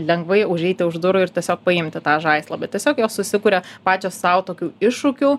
lengvai užeiti už durų ir tiesiog paimti tą žaislą bet tiesiog jos susikuria pačios sau tokių iššūkių